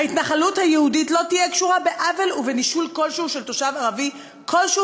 "ההתנחלות היהודית לא תהיה קשורה בעוול ובנישול כלשהו של תושב ערבי כלשהו